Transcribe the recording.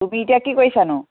তুমি এতিয়া কি কৰিছানো